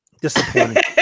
disappointing